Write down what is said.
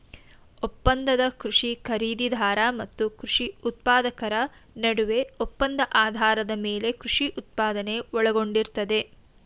ಒಪ್ಪಂದದ ಕೃಷಿ ಖರೀದಿದಾರ ಮತ್ತು ಕೃಷಿ ಉತ್ಪಾದಕರ ನಡುವಿನ ಒಪ್ಪಂದ ಆಧಾರದ ಮೇಲೆ ಕೃಷಿ ಉತ್ಪಾದನೆ ಒಳಗೊಂಡಿರ್ತದೆ